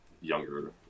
younger